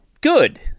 good